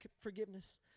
forgiveness